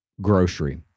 grocery